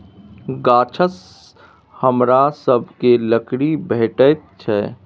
गाछसँ हमरा सभकए लकड़ी भेटैत छै